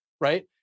right